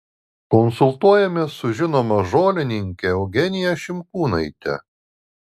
konsultuojamės su žinoma žolininke eugenija šimkūnaite